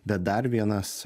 bet dar vienas